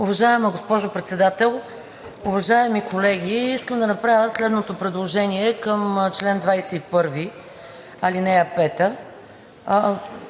Уважаема госпожо Председател, уважаеми колеги! Искам да направя следното предложение към чл. 21, ал.